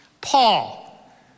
Paul